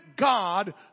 God